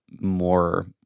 more